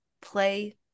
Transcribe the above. play